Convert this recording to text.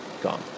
Gone